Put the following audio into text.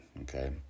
okay